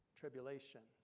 tribulation